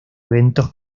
eventos